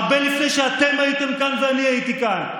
הרבה לפני שאתם הייתם כאן ואני הייתי כאן.